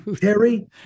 Terry